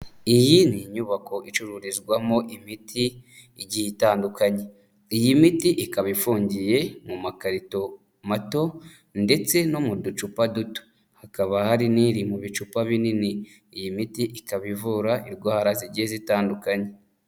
Iyi ni inyubako icururizwamo imiti igihe itandukanye, iyi miti ikaba ifungiye mu makarito mato ndetse no mu ducupa duto hakaba hari n'iri mu bicupa binini, iyi miti ikaba ivura indwara zigiye zitandukanye.